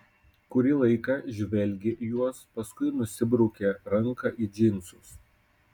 kurį laiką žvelgė į juos paskui nusibraukė ranką į džinsus